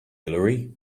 hillary